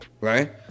right